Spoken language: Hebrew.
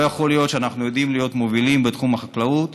לא יכול להיות שאנחנו יודעים להיות מובילים בתחום החקלאות